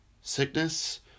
Sickness